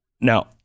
now